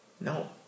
No